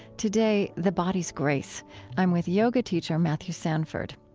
today, the body's grace i'm with yoga teacher matthew sanford.